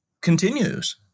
continues